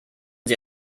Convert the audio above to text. sie